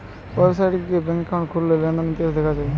website গিয়ে bank account খুললে লেনদেনের ইতিহাস দেখা যায়